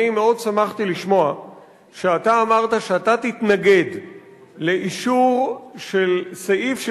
אני מאוד שמחתי לשמוע שאתה אמרת שאתה תתנגד לאישור של סעיף של